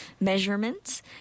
measurements